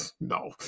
No